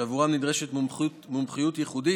שעבורם נדרשת מומחיות ייחודית.